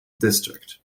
district